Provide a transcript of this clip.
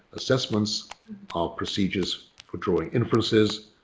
assessments are procedures for drawing inferences.